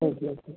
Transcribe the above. okay okay